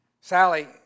Sally